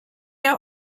are